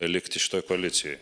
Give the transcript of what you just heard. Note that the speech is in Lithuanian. likti šitoj koalicijoj